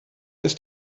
ist